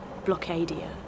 blockadia